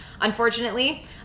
unfortunately